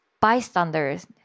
bystanders